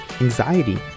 anxiety